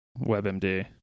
WebMD